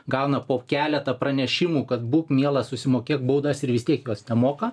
gauna po keletą pranešimų kad būk mielas susimokėk baudas ir vis tiek jos nemoka